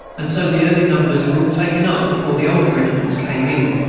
and so the early numbers were all taken up before the older regiments came in.